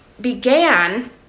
began